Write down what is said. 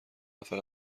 نفر